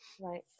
Right